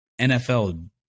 NFL